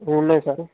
ఉన్నాయి సార్